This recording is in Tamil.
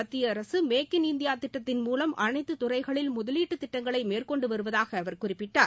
மத்திய அரசு மேக் இன் இந்தியா திட்டத்தின் மூலம் அனைத்து துறைகளில் முதலீட்டு திட்டங்களை மேற்கொண்டு வருவதாக அவர் குறிப்பிட்டார்